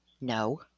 No